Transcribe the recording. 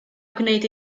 gwneud